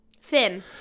Fin